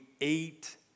eight